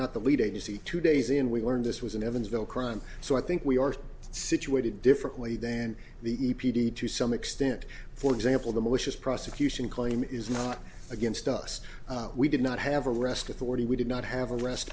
not the lead agency to desean we learned this was in evansville crime so i think we are situated differently than the e p d to some extent for example the malicious prosecution claim is not against us we did not have arrest authority we did not have a rest